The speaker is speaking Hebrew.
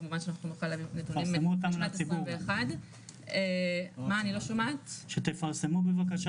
כמובן שאנחנו נוכל להביא נתונים משנת 2021. שתפרסמו בבקשה